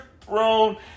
throne